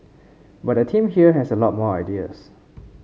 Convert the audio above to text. but the team here has a lot more ideas